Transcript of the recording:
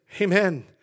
Amen